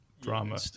drama